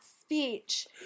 speech